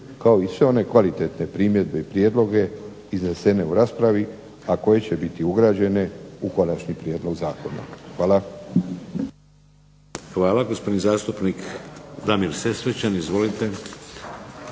kao i sve one kvalitetne primjedbe i prijedloge iznesene u raspravi a koje će biti ugrađene u Konačni prijedlog zakona. Hvala. **Šeks, Vladimir (HDZ)** Hvala. Gospodin zastupnik Damir Sesvečan. Izvolite.